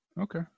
Okay